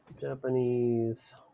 Japanese